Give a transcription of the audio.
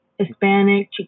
Hispanic